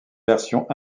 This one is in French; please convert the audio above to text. versions